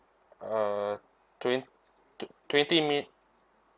uh twen~ twen~ twenty minute